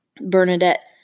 Bernadette